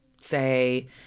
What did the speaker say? say